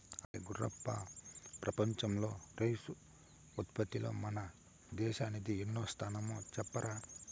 అరే గుర్రప్ప ప్రపంచంలో రైసు ఉత్పత్తిలో మన దేశానిది ఎన్నో స్థానమో చెప్పరా